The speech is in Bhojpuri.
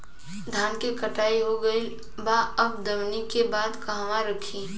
धान के कटाई हो गइल बा अब दवनि के बाद कहवा रखी?